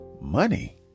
money